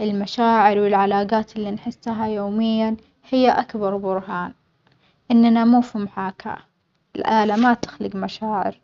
المشاعر والعلاجات اللي نحسها اليومية، هي أكبر برهان إننا مو في محاكاة، الآلة ما تخلج مشاعر.